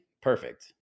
Perfect